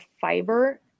fiber